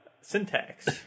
syntax